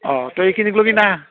অঁ তই এইখিনিক লগিন আহ